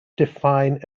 define